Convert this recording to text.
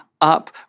up